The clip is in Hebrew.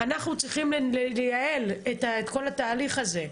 אנחנו צריכים לייעל את כל התהליך הזה.